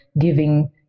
giving